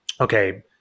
okay